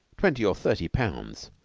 twenty or thirty pounds,